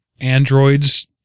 Android's